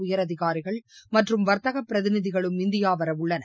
உயரதிகாரிகள் மற்றும் வர்த்தக பிரதிநிதிகளும் இந்தியா வர உள்ளனர்